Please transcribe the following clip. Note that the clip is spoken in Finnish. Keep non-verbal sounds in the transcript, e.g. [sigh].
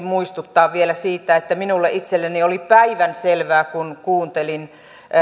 [unintelligible] muistuttaa vielä siitä että minulle itselleni oli päivänselvää kun kuuntelin